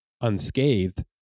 unscathed